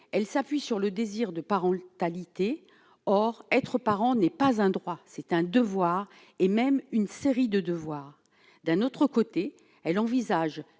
elle s'appuie sur le désir de parentalité, or être parent n'est pas un droit, c'est un devoir, et même une série de devoirs d'un autre côté, elle envisage